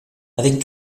avec